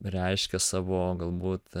reiškia savo galbūt